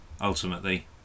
ultimately